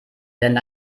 werden